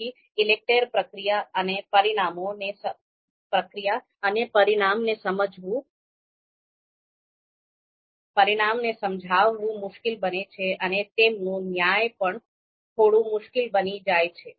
તેથી ઈલેકટેર પ્રક્રિયા અને પરિણામને સમજાવવું મુશ્કેલ બને છે અને તેમનું ન્યાય પણ થોડું મુશ્કેલ બની જાય છે